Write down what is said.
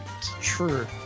True